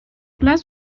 class